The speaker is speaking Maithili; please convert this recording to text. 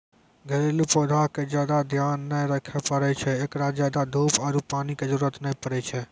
घरेलू पौधा के ज्यादा ध्यान नै रखे पड़ै छै, एकरा ज्यादा धूप आरु पानी के जरुरत नै पड़ै छै